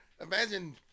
imagine